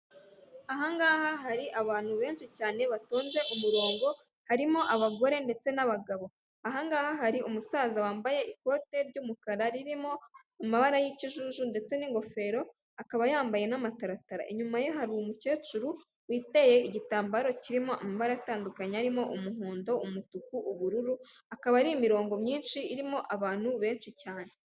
Aha ngaha hari abantu benshi cyane batonze umurongo harimo abagore ndetse n'abagabo. Aha ngaha hari umusaza wambaye ikote ry'umukara ririmo amabara y'ikijuju ndetse n'ingofero akaba yambaye n'amataratara inyuma ye hari umukecuru witeye igitambaro kirimo amabara atandukanye arimo umuhondo umutuku ubururu akaba ari imirongo myinshi irimo abantu benshi cyane.